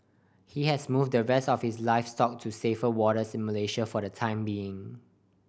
he has moved the rest of his livestock to safer waters in Malaysia for the time being